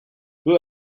peu